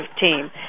team